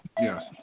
Yes